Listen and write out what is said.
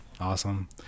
awesome